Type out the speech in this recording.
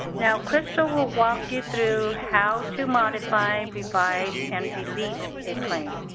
now crystal will walk you through how to modify, revise, and delete a claim.